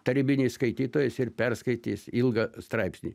tarybinis skaitytojas ir perskaitys ilgą straipsnį